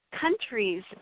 countries